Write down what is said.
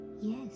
Yes